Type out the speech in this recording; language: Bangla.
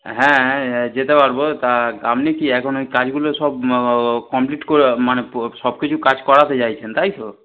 হ্যাঁ যেতে পারবো তা আপনি কি এখন ওই কাজগুলো সব কমপ্লিট করে মানে সব কিছু কাজ করাতে চাইছেন তাই তো